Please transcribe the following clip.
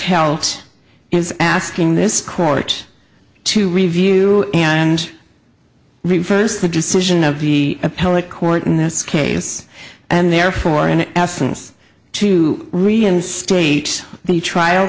telt is asking this court to review and reverse the decision of the appellate court in this case and therefore in essence to reinstate the trial